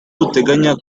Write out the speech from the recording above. buteganya